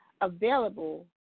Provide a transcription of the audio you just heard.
Available